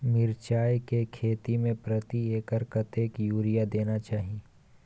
मिर्चाय के खेती में प्रति एकर कतेक यूरिया देना चाही?